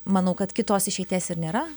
manau kad kitos išeities ir nėra